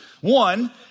One